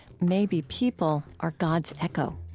maybe people are god's echo